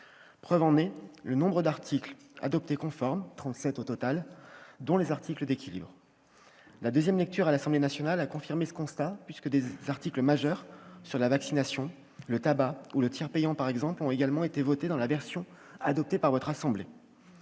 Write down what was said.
preuve en est le nombre d'articles adoptés conformes, 37 au total, dont les articles d'équilibre. La nouvelle lecture à l'Assemblée nationale a confirmé ce constat, puisque des articles majeurs- sur la vaccination, le tabac ou le tiers payant, par exemple -ont également été votés dans la version adoptée par le Sénat.